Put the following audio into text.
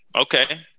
okay